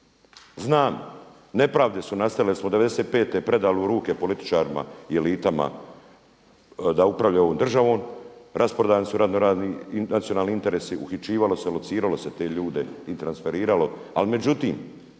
Znam, nepravde su nastale jer smo '95. predali u ruke političarima, i elitama da upravljaju ovom državom, rasprodani su razno razni nacionalni interesi, uhićivalo se i lociralo se te ljude i transferiralo. Ali međutim,